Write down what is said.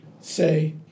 say